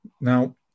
Now